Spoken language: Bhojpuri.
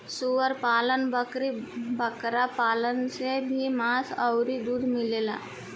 सूअर पालन, बकरी बकरा पालन से भी मांस अउरी दूध मिलेला